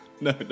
no